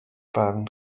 barn